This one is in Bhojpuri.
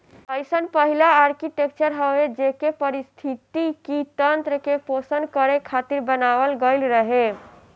इ अइसन पहिला आर्कीटेक्चर हवे जेके पारिस्थितिकी तंत्र के पोषण करे खातिर बनावल गईल रहे